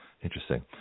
Interesting